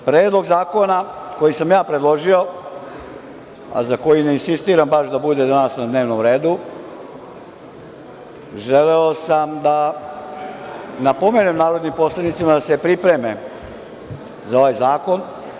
Predlogom zakona koji sam ja predložio, a za koji ne insistiram da baš danas bude na dnevnom redu, želeo sam da napomenem narodnim poslanicima da se pripreme za ovaj zakon.